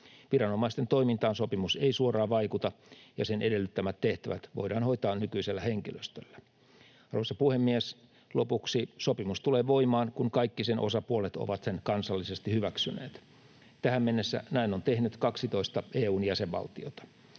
Viranomaisten toimintaan sopimus ei suoraan vaikuta, ja sen edellyttämät tehtävät voidaan hoitaa nykyisellä henkilöstöllä. Arvoisa puhemies! Lopuksi: Sopimus tulee voimaan, kun kaikki sen osapuolet ovat sen kansallisesti hyväksyneet. Tähän mennessä näin on tehnyt 12 EU:n jäsenvaltiota.